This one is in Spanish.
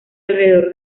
alrededor